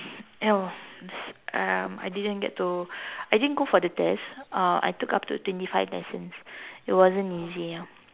no it's um I didn't get to I didn't go for the test uh I took up to twenty five lessons it wasn't easy ah